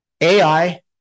AI